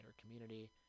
community